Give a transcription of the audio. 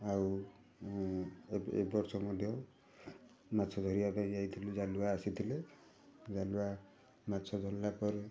ଆଉ ଏ ବର୍ଷ ମଧ୍ୟ ମାଛ ଧରିବା ପାଇଁ ଯାଇଥିଲୁ ଜାଲୁଆ ଆସିଥିଲେ ଜାଲୁଆ ମାଛ ଧରିଲା ପରେ